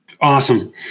Awesome